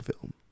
film